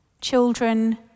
Children